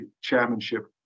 chairmanship